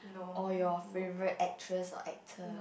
or your favorite actress or actor